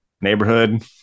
neighborhood